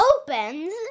opens